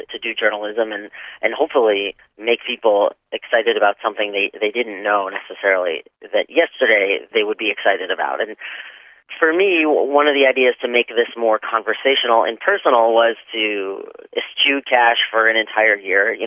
to to do journalism and and hopefully make people excited about something they they didn't know necessarily that yesterday they would be excited about. and for me, one of the ideas to make this more conversational and personal was to eschew cash for an entire year,